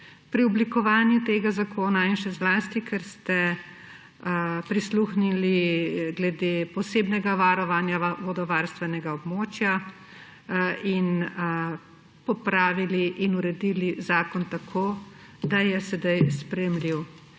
pri oblikovanju tega zakona. In še zlasti, ker ste prisluhnili glede posebnega varovanja vodovarstvenega območja in popravili in uredili zakon tako, da je sedaj sprejemljiv.